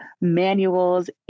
manuals